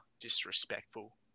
disrespectful